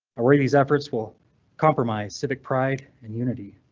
i worry these efforts will compromise civic pride and unity?